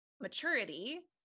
maturity